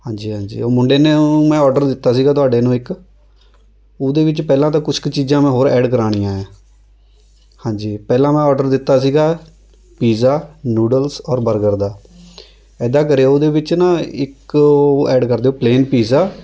ਹਾਂਜੀ ਹਾਂਜੀ ਉਹ ਮੁੰਡੇ ਨੂੰ ਮੈਂ ਔਡਰ ਦਿੱਤਾ ਸੀਗਾ ਤੁਹਾਡੇ ਨੂੰ ਇੱਕ ਉਹਦੇ ਵਿੱਚ ਪਹਿਲਾਂ ਤਾਂ ਕੁਛ ਕੁ ਚੀਜ਼ਾਂ ਮੈਂ ਹੋਰ ਐਡ ਕਰਵਾਉਣੀਆ ਹੈ ਹਾਂਜੀ ਪਹਿਲਾਂ ਮੈਂ ਔਡਰ ਦਿੱਤਾ ਸੀਗਾ ਪੀਜ਼ਾ ਨਿਊਡਲਸ ਔਰ ਬਰਗਰ ਦਾ ਇੱਦਾਂ ਕਰਿਉ ਉਹਦੇ ਵਿੱਚ ਨਾ ਇੱਕ ਉਹ ਐਡ ਕਰ ਦਿਉ ਪਲੇਨ ਪੀਜ਼ਾ